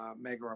Mega